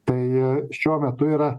tai šiuo metu yra